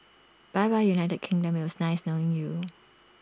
bye bye united kingdom IT was nice knowing you